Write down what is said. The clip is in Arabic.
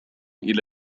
إلى